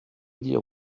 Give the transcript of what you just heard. dire